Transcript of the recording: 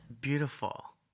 Beautiful